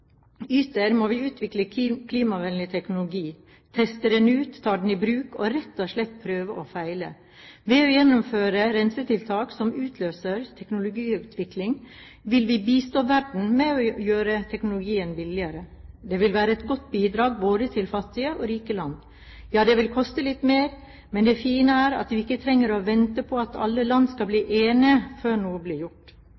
må vi utvikle klimavennlig teknologi, teste den ut, ta den i bruk og rett og slett prøve og feile. Ved å gjennomføre rensetiltak som utløser teknologiutvikling, vil vi bistå verden med å gjøre teknologien billigere. Det vil være et godt bidrag, både til fattige og rike land. Det vil koste litt mer, men det fine er at vi ikke trenger å vente på at alle land skal